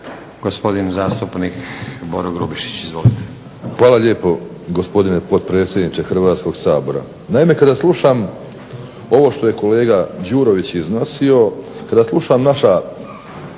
Gospodin zastupnik Boro Grubišić, izvolite. **Grubišić, Boro (HDSSB)** Hvala lijepo, gospodine potpredsjedniče Hrvatskoga sabora. Naime, kada slušam ovo što je kolega Đurović iznosio, kada slušam naša